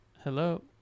Hello